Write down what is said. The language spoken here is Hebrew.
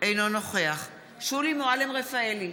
אינו נוכח שולי מועלם-רפאלי,